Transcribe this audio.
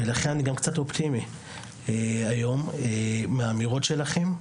ולכן אני גם קצת אופטימי היום, מהאמירות שלכן.